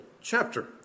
chapter